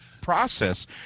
process